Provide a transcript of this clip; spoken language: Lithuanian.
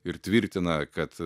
ir tvirtina kad